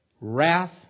wrath